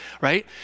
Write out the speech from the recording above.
right